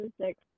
six